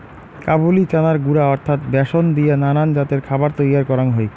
কাবুলি চানার গুঁড়া অর্থাৎ ব্যাসন দিয়া নানান জাতের খাবার তৈয়ার করাং হই